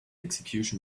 execution